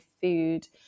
food